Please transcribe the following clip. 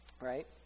right